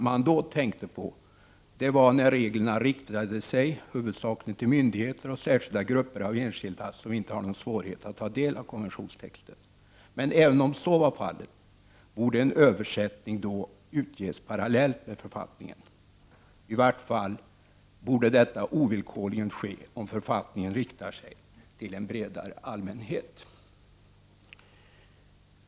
Man tänkte då på regler som riktar sig huvudsakligen till myndigheter och särskilda grupper av enskilda, som inte har svårigheter att ta del av konventionstexten. Även om så är fallet borde dock en översättning utges parallellt med författningen, i varje fall borde detta ovillkorligen ske om författningen riktar sig till en bredare allmänhet.